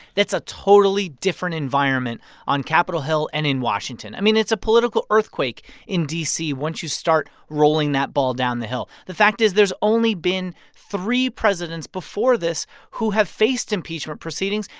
that's a totally different environment on capitol hill and in washington. i mean, it's a political earthquake in d c. once you start rolling that ball down the hill. the fact is, there's only been three presidents before this who have faced impeachment proceedings,